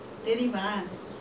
hor hor